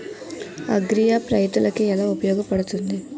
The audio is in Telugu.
అగ్రియాప్ రైతులకి ఏలా ఉపయోగ పడుతుంది?